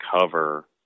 cover